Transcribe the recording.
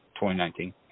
2019